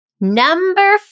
Number